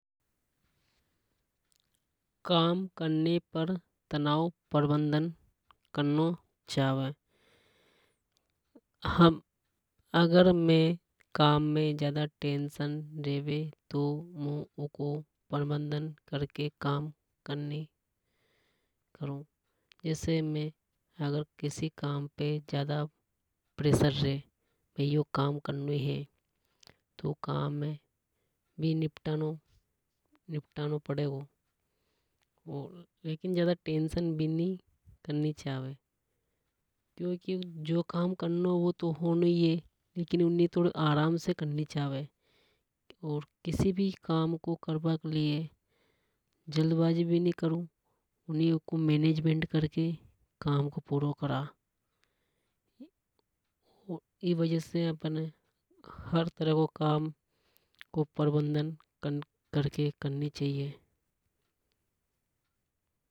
काम करने पर तनाव प्रबंधन करणों चावे अगर में काम में ज्यादा टेंशन रेवे तो मु ऊको प्रबंधन करके काम करू। जैसे मेरे किसी काम पर ज्यादा प्रेसर रे भई यो काम करनो ही हे तो उन काम हे में निपटानो पड़ेंगो। लेकिन ज्यादा टेंशन नि करनी चावे क्योंकि जो काम करनी वो तो होनो ही ये लेकिन ऊनी ये थोड़ी आराम से करनी चावे। और किसी भी काम को करबा के लिए जल्दबाजी नि करू। ऊनी ऊको मैनेजमेंट करके काम पुरों करा ई वजह से हमें हर तरह को काम प्रबंधन करके करनी चावे।